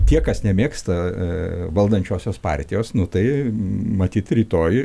tie kas nemėgsta valdančiosios partijos nu tai matyt rytoj